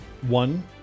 One